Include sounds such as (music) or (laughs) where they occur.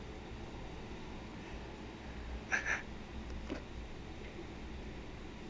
(laughs)